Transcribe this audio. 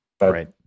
Right